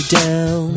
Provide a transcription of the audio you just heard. down